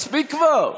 מספיק כבר.